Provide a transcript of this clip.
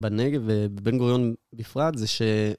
בנגב ובן-גוריון בפרט זה ש...